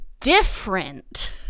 different